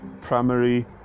primary